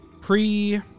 Pre